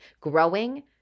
growing